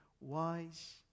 wise